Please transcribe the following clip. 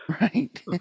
right